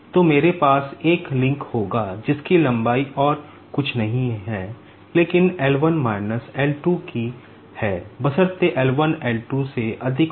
तो मेरे पास एक लिंक होगा जिसकी लंबाई और कुछ नहीं है लेकिन L 1 माइनस L 2 है बशर्ते L 1 L 2 से अधिक हो